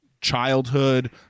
childhood